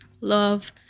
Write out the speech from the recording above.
love